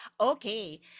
Okay